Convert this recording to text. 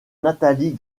nathalie